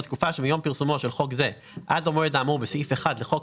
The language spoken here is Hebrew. בתקופה שמיום פרסומו של חוק זה עד המועד האמור בסעיף 1 לחוק